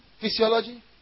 Physiology